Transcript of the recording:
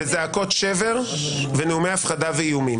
בזעקות שבר ובנאומי הפחדה ובאיומים: